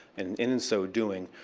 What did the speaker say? and in so doing,